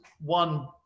one